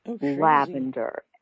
lavender